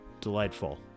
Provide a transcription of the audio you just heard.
delightful